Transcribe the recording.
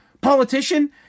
politician